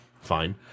fine